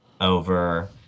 over